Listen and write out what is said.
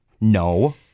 No